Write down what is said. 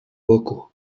boku